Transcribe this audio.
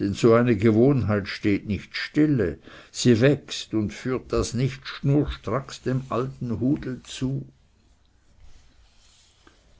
denn so eine gewohnheit steht nicht stille sie wächst und führt das nicht schnurstracks dem alten hudel zu